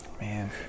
man